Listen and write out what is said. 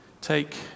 Take